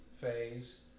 phase